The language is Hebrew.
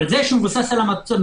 אבל זה שהוא מבוסס על המוסד